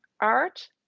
art